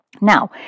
Now